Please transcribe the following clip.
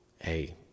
hey